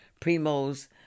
Primos